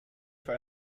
für